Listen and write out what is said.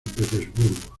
petersburgo